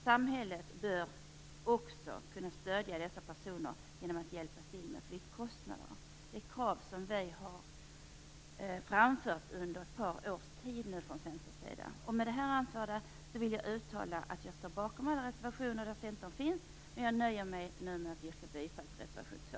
Samhället bör även stödja dessa personer genom att hjälpa dem med flyttkostnader. Detta är ett krav som vi i Centern har framfört under ett par års tid. Med det anförda vill jag uttala att jag står bakom alla reservationer där Centern finns med, men jag nöjer mig med att yrka bifall till reservation 2.